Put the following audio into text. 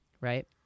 Right